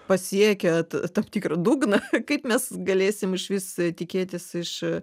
pasiekė tam tikrą dugną kaip mes galėsim išvis tikėtis iš